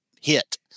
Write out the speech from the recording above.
hit